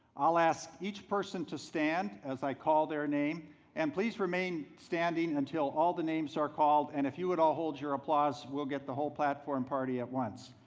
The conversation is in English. i'll ask each person to stand as i call their name and please remain standing until all the names are called. and if you would all hold your applause, we'll get the whole platform party at once.